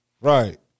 Right